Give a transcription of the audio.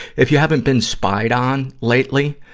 if you haven't been spied on lately,